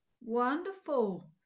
Wonderful